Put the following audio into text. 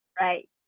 right